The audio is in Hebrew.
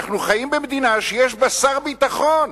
אנחנו חיים במדינה שיש בה שר ביטחון,